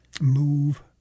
Move